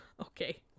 Okay